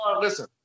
Listen